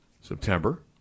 September